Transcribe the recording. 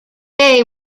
bay